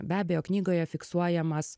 be abejo knygoje fiksuojamas